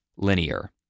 linear